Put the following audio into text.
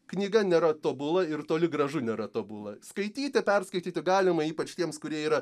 knyga nėra tobula ir toli gražu nėra tobula skaityti perskaityti galima ypač tiems kurie yra